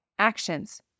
Actions